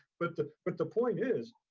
but the but the point is,